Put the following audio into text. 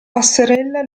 passerella